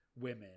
Women